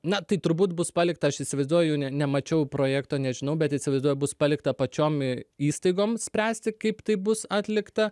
na tai turbūt bus palikta aš įsivaizduoju ne nemačiau projekto nežinau bet įsivaizduoju bus palikta pačiom įstaigom spręsti kaip tai bus atlikta